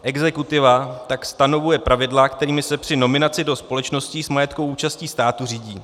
Exekutiva tak stanovuje pravidla, kterými se při nominaci společností s majetkovou účastí státu řídí.